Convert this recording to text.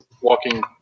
walking